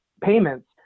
payments